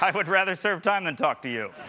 um would rather serve time than talk to you.